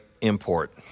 import